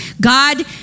God